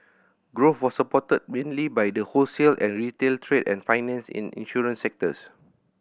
growth was supported mainly by the wholesale and retail trade and finance and insurance sectors